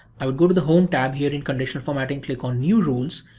i would go to the home tab here in conditional formatting, click on new rules.